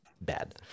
bad